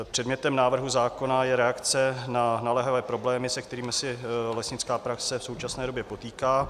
Předmětem návrhu zákona je reakce na naléhavé problémy, se kterými se lesnická praxe v současné době potýká.